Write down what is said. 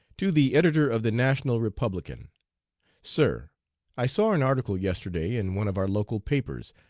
to the editor of the national republican sir i saw an article yesterday in one of our local papers,